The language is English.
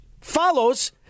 follows